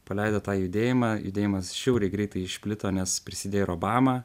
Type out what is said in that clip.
paleido tą judėjimą judėjimas žiauriai greitai išplito nes prisidėjo ir obama